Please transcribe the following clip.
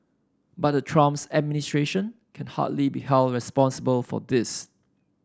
but the Trump administration can hardly be held responsible for this